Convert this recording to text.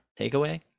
takeaway